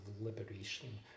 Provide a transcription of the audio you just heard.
liberation